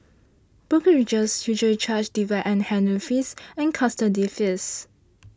brokerages usually charge dividend handling fees and custody fees